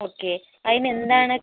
okay അതിനെന്താണ്